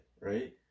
right